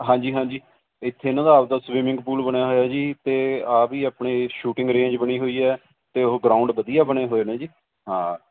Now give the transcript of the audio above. ਹਾਂਜੀ ਹਾਂਜੀ ਇੱਥੇ ਇਹਨਾਂ ਦਾ ਆਪਦਾ ਸਵਿਮਿੰਗ ਪੂਲ ਬਣਿਆ ਹੋਇਆ ਜੀ ਅਤੇ ਆ ਵੀ ਆਪਣੇ ਸ਼ੂਟਿੰਗ ਰੇਂਜ ਬਣੀ ਹੋਈ ਹੈ ਅਤੇ ਉਹ ਗਰਾਊਂਡ ਵਧੀਆ ਬਣੇ ਹੋਏ ਨੇ ਜੀ ਹਾਂ